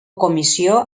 comissió